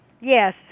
Yes